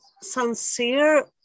sincere